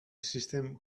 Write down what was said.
system